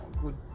Good